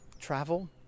travel